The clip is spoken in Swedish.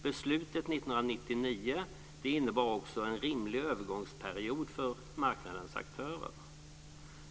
Beslutet 1999 innebar också en rimlig övergångsperiod för marknadens aktörer.